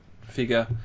figure